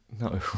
No